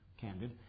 candid